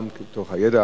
גם מתוך הידע,